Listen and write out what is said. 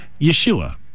Yeshua